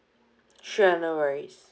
sure no worries